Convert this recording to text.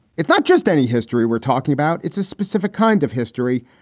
it's not just any history we're talking about. it's a specific kind of history,